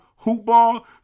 HOOPBALL